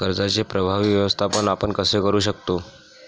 कर्जाचे प्रभावी व्यवस्थापन आपण कसे करु शकतो?